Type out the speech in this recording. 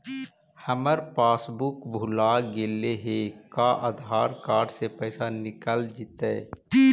हमर पासबुक भुला गेले हे का आधार कार्ड से पैसा निकल जितै?